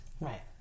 Right